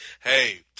Hey